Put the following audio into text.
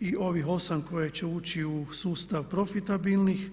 i ovih 8 koje će ući u sustav profitabilnih.